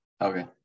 Okay